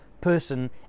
person